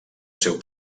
seu